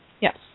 Yes